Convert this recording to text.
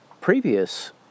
previous